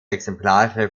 exemplare